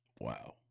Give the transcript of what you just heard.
Wow